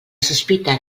sospita